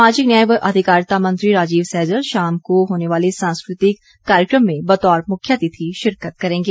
सामाजिक न्याय व अधिकारिता मंत्री राजीव सैजल शाम को होने वाले सांस्कृतिक कार्यकम में बतौर मुख्यातिथि शिरकत करेंगे